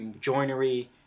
joinery